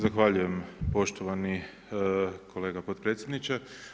Zahvaljujem poštovani kolega podpredsjedniče.